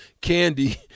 candy